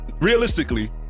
realistically